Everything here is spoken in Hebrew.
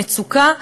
מצוקה,